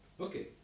Okay